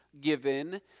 given